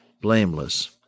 blameless